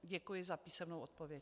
Děkuji za písemnou odpověď.